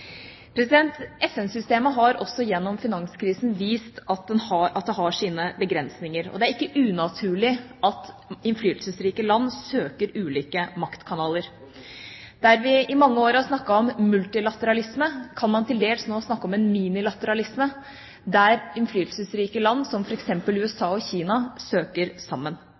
har også gjennom finanskrisen vist at det har sine begrensninger. Det er ikke unaturlig at innflytelsesrike land søker ulike maktkanaler. Der vi i mange år har snakket om multilateralisme, kan man til dels nå snakke om en minilateralisme, der innflytelsesrike land som f.eks. USA og Kina søker sammen.